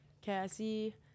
Cassie